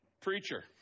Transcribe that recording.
preacher